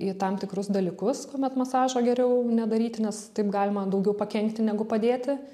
į tam tikrus dalykus kuomet masažo geriau nedaryti nes taip galima daugiau pakenkti negu padėti